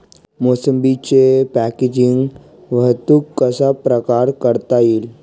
मोसंबीची पॅकेजिंग वाहतूक कशाप्रकारे करता येईल?